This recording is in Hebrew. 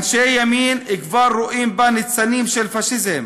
אנשי ימין כבר רואים בה ניצנים של פאשיזם.